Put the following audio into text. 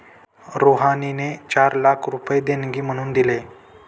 रुहानीने चार लाख रुपये देणगी म्हणून दिले